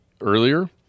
earlier